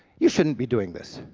you shouldn't be doing this,